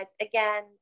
again